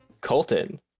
Colton